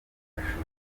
mashusho